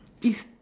is